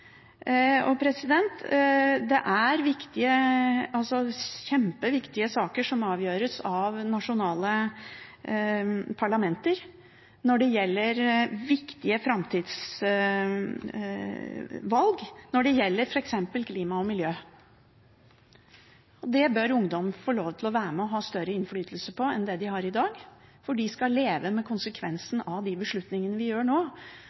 Det er kjempeviktige saker som avgjøres av nasjonale parlamenter når det gjelder viktige framtidsvalg, når det f.eks. gjelder klima og miljø, og det bør ungdom få lov til å være med og ha større innflytelse på enn det de har i dag, for de skal leve med konsekvensen av de beslutningene vi gjør nå,